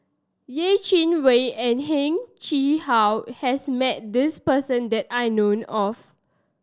Yeh Chi Wei and Heng Chee How has met this person that I known of